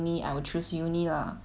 but if cannot 呢